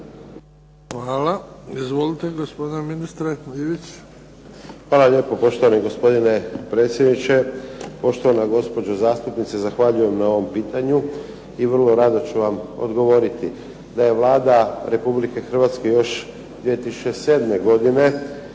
Hvala. Izvolite, gospodine ministre Ivić. **Ivić, Tomislav (HDZ)** Hvala lijepo. Poštovani gospodine predsjedniče. Poštovana gospođo zastupnice, zahvaljujem na ovom pitanju i vrlo rado ću vam odgovoriti da je Vlada Republike Hrvatske još 2007. donijela